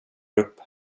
upp